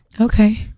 okay